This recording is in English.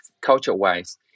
culture-wise